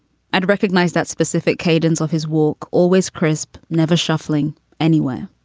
i'd recognize that specific cadence of his walk. always crisp, never shuffling anywhere.